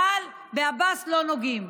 אבל בעבאס לא נוגעים.